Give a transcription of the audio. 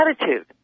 attitude